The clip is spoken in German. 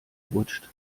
rutscht